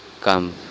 come